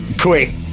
quick